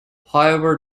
however